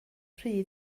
rhy